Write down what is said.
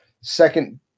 second